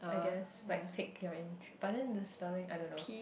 I guess like pique your interest but then the spelling I don't know